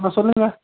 ஆ சொல்லுங்க